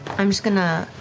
i'm just going to